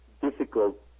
difficult